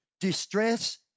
distress